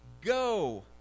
Go